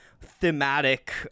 thematic